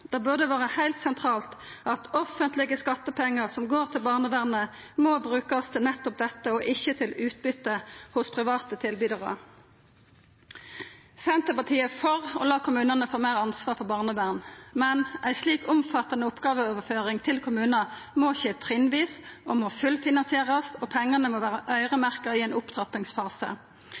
Det burde vore heilt sentralt at offentlege skattepengar som går til barnevernet, må brukast til nettopp dette og ikkje til utbytte hos private tilbydarar. Senterpartiet er for å lata kommunane få meir ansvar for barnevernet, men ei slik omfattande oppgåveoverføring til kommunane må skje trinnvis og må fullfinansierast, og pengane må vera øyremerkte i ein opptrappingsfase.